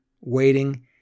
waiting